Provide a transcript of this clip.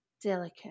delicate